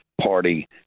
party